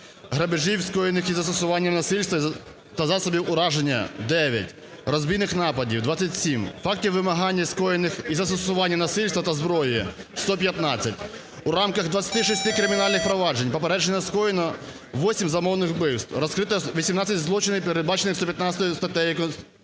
грабежів, скоєних і застосування насильства та засобів ураження, – 9, розбійних нападів – 27, фактів вимагання скоєних і застосування насильства та зброї – 115. У рамках 26 кримінальних проваджень попереджено скоєнню 8 замовних вбивств, розкрито 18 злочинів, передбачених 115 статтею Кримінального